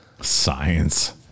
Science